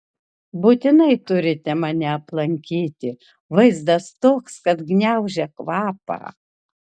būtinai turite mane aplankyti vaizdas toks kad gniaužia kvapą